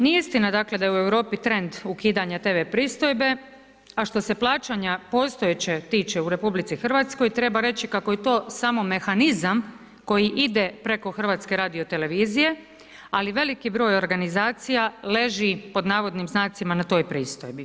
Nije istina da je u Europi trend ukidanja TV pristojbe, a što se plaćanja postojeće tiče u RH, treba reći kako je to samo mehanizam, koji ide preko HRT-a, ali veliki broj organizacija leži „ na toj pristojbi“